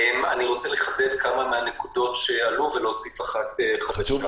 אני רוצה לחדד כמה מהנקודות שהועלו ולהוסיף אחת חדשה.